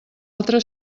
altra